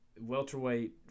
welterweight